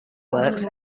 works